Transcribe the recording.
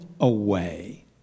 away